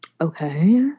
okay